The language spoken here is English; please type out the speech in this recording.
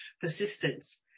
Persistence